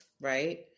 right